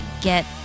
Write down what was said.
get